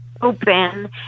open